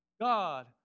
God